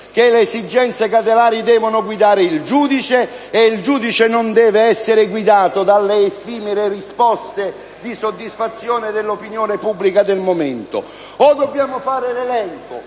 che le esigenze cautelari devono guidare il giudice e il giudice non deve essere guidato dalle effimere risposte di soddisfazione dell'opinione pubblica del momento? O dobbiamo fare l'elenco